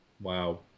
wow